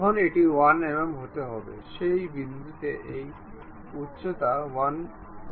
এটি একে অপরের প্যারালেল